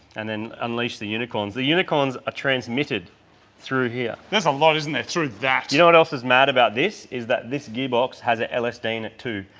and then unleash the unicorns. the unicorns are ah transmitted through here. there's a lot, isn't it? through that. you know what else is mad about this? is that this gearbox has an lsd in it too.